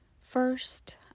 First